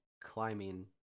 climbing